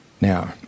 Now